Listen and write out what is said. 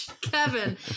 Kevin